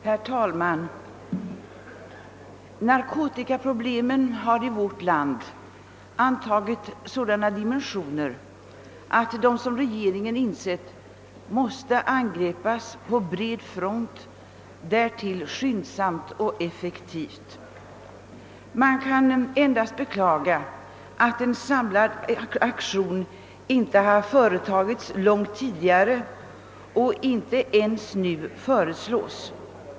Herr talman! Narkotikaproblemen har i vårt land antagit sådana dimensioner att de — som regeringen insett — måste angripas på bred front, därtill skyndsamt och effektivt. Man kan endast beklaga att en samlad aktion inte företagits långt tidigare och inte ens nu föreslås.